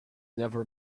never